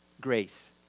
grace